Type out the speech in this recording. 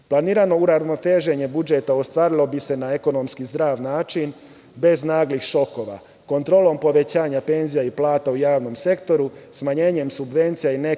Planirano uravnoteženje budžeta ostvarilo bi se na ekonomski zdrav način bez naglih šokova. Kontrolom povećanja penzija i plata u javnom sektoru, smanjenjem subvencija i nekih